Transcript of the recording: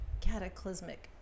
cataclysmic